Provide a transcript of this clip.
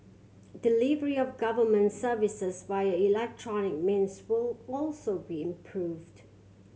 delivery of government services via electronic means will also be improved